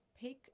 pick